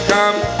Come